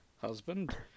Husband